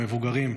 במבוגרים,